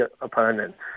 opponents